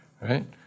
right